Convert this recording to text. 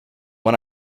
when